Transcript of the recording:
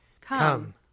Come